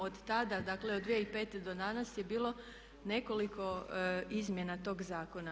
Od tada, dakle od 2005. do danas je bilo nekoliko izmjena tog zakona.